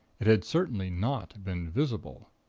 it had certainly not been visible.